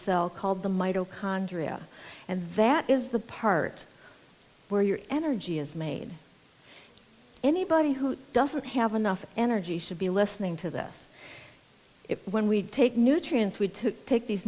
cell called the mitochondria and that is the part where your energy is made anybody who doesn't have enough energy should be listening to this when we take nutrients would to take these